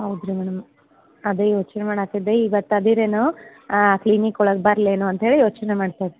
ಹೌದುರೀ madam ಅದೇ ಯೋಚನೆ ಮಾಡುತಿದ್ದೆ ಈಗ ತಗ್ದೀರೇನೋ ಕ್ಲಿನಿಕ್ ಒಳಗೆ ಬರಲೇನೋ ಅಂತೇಳಿ ಯೋಚನೆ ಮಾಡ್ತಾಯಿದ್ದೆ